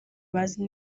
bazi